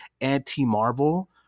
anti-Marvel